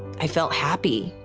i felt happy.